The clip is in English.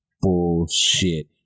bullshit